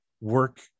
work